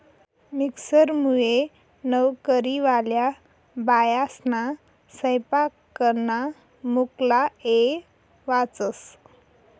मिक्सरमुये नवकरीवाल्या बायास्ना सैपाकना मुक्ला येय वाचस